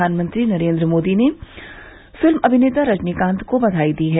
प्रधानमंत्री नरेन्द्र मोदी ने फिल्म अभिनेता रजनीकांत को बधाई दी है